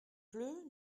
pleut